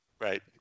right